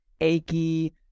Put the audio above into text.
achy